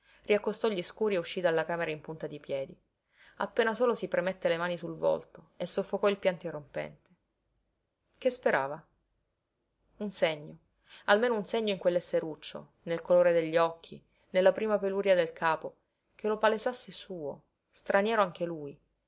moglie riaccostò gli scuri e uscí dalla camera in punta di piedi appena solo si premette le mani sul volto e soffocò il pianto irrompente che sperava un segno almeno un segno in quell'esseruccio nel colore degli occhi nella prima peluria del capo che lo palesasse suo straniero anche lui